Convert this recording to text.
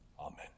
Amen